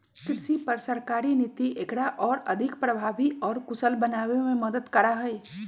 कृषि पर सरकारी नीति एकरा और अधिक प्रभावी और कुशल बनावे में मदद करा हई